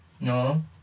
No